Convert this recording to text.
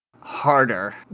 harder